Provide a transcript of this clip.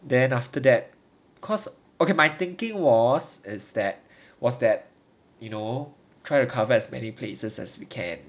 then after that cause okay my thinking was is that was that you know try to recover as many places as we can